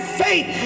faith